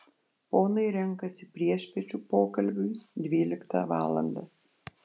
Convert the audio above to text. ponai renkasi priešpiečių pokalbiui dvyliktą valandą